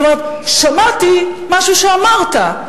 זאת אומרת, שמעתי משהו שאמרת.